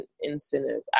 incentive